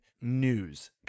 news